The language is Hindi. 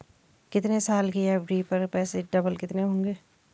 कितने साल की एफ.डी पर पैसे डबल होंगे?